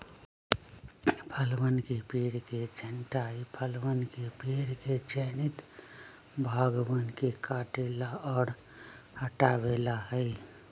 फलवन के पेड़ के छंटाई फलवन के पेड़ के चयनित भागवन के काटे ला और हटावे ला हई